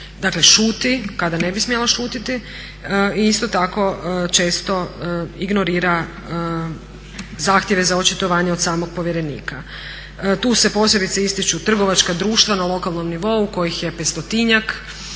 najčešće šuti kada ne bi smjela šutjeti i isto tako često ignorira zahtjeve za očitovanje od samog povjerenika. Tu se posebice ističu trgovačka društva na lokalnom nivou kojih je